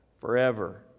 forever